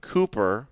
Cooper